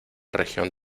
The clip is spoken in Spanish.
región